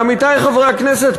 עמיתי חברי הכנסת,